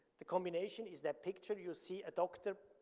the combination is that picture you see, a doctor